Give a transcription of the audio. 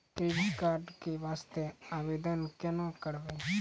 Credit card के वास्ते आवेदन केना करबै?